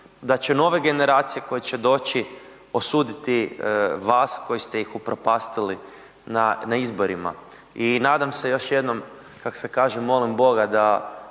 da će nove generacije koje će doći osuditi vas koji ste ih upropastili na izborima. I nadam se još jednom, kak se kaže, molim Boga da